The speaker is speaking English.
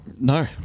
No